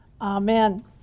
Amen